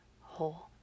whole